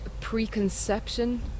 preconception